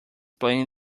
playing